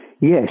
Yes